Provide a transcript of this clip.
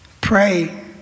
pray